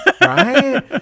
Right